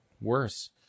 worse